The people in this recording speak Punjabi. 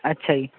ਅੱਛਾ ਜੀ